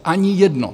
Ani jedno!